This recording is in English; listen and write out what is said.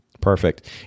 Perfect